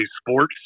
sports